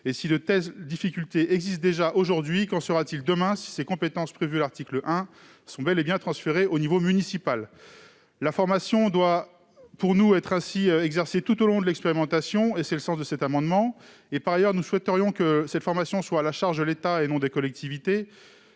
de telles difficultés existent déjà aujourd'hui, qu'en sera-t-il demain quand les compétences prévues à l'article 1 seront bel et bien transférées au niveau municipal ? La formation doit être exercée tout au long de l'expérimentation : tel est le sens de cet amendement. Par ailleurs, nous souhaiterions qu'elle soit à la charge de l'État et non des collectivités.